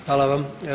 Hvala vam.